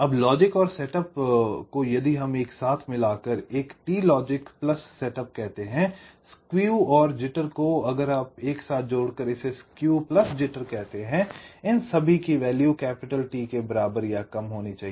अब लॉजिक और सेटअप को यदि हम एक साथ मिलाकर एक टी लॉजिक सेटअप कहते हैं स्केव और जिटर को अगर आप एक साथ जोड़कर इसे स्केव जिटर कहते हैं इन सभी की वैल्यू T के बराबर या कम होनी चाहिए